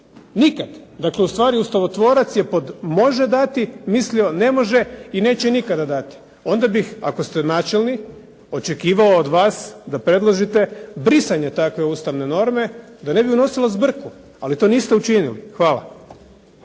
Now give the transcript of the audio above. Nikad. Dakle ustvari ustavotvorac je pod može dati mislio ne može i neće nikada dati. Onda bih, ako ste načelni, očekivao od vas da predložite brisanje takve ustavne norme da ne bi unosila zbrku, ali to niste učinili. Hvala.